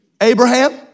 Abraham